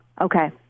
okay